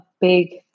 big